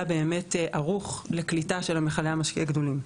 באמת ערוך לקליטה של מכלי המשקה הגדולים.